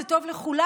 זה טוב לכולנו,